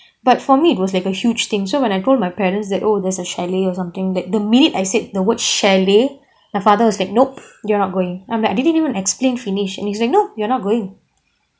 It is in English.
but for me it was like a huge thing so when I told my parents that oh there's a chalet or something like the minute I said the word chalet my father was like nop you're not going and I didn't even explain finish and he's like no you're not going